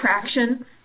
Traction